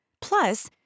Plus